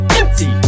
empty